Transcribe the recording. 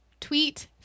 tweet